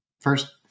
first